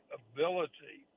ability